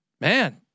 man